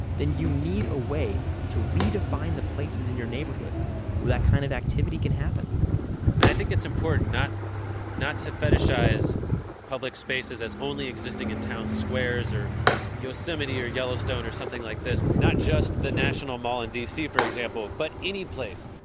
then you need a way to redefine the places in your neighborhood and that kind of activity can happen. and i think it's important not not to fetishize public spaces as only existing in town squares or yosemite or yellowstone or something like that. not just the national mall in dc for example, but any place.